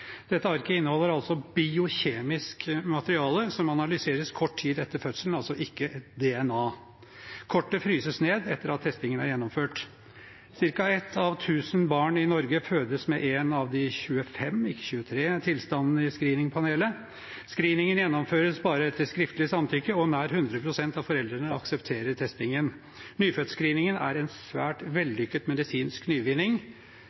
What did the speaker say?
Dette arket inneholder biokjemisk materiale som analyseres kort tid etter fødselen, altså ikke et DNA. Kortet fryses ned etter at testingen er gjennomført. Cirka ett av tusen barn i Norge fødes med en av de 25 – ikke 23 – tilstandene i screeningpanelet. Screeningen gjennomføres bare etter skriftlig samtykke, og nær 100 pst. av foreldrene aksepterer testingen. Nyfødtscreeningen er en svært vellykket medisinsk nyvinning